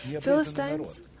Philistines